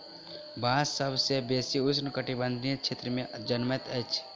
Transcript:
बांस सभ सॅ बेसी उष्ण कटिबंधीय क्षेत्र में जनमैत अछि